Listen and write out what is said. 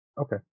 Okay